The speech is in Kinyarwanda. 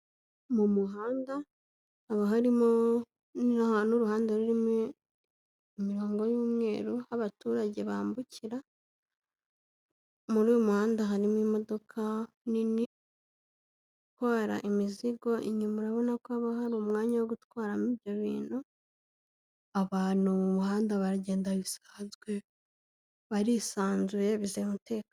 Mu muhanda haba harimo nkahantu uruhane rurimo imirongo y'umweru abaturage bambukira muri uyu muhanda harimo imodoka n'itwara imizigo inyuma urabona ko haba hari umwanya wo gutwaramo ibyo bintu abantu mu muhanda baragenda bisanzwe barisanzuye bizera umutekano.